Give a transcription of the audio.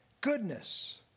goodness